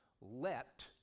let